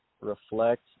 reflect